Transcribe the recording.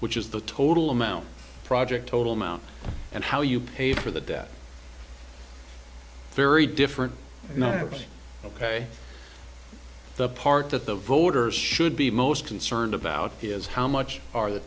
which is the total amount project total amount and how you pay for the debt very different matters ok the part that the voters should be most concerned about is how much are the